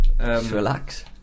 Relax